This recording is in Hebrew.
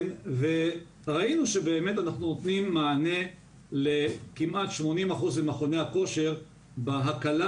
ראינו שבאמת אנחנו נותנים מענה לכמעט 80% ממכוני הכושר בהקלה